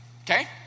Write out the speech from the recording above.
Okay